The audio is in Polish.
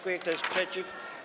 Kto jest przeciw?